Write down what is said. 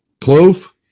Clove